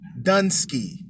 Dunsky